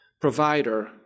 provider